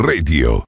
Radio